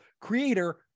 creator